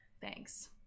thanks